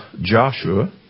Joshua